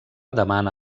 demana